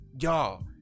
y'all